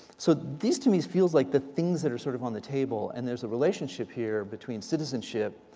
so these to me feel like the things that are sort of on the table. and there's a relationship here between citizenship,